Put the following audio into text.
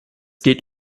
geht